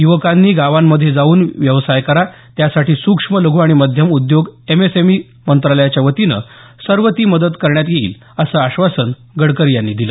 युवकांनी गावांमध्ये जाऊन व्यवसाय करा त्यासाठी सुक्ष्म लघ् आणि मध्यम उद्योग एमएसएमई मंत्रालयाच्यावतीने सर्व ती मदत करण्यात येईल असं आश्वासन गडकरी यांनी दिलं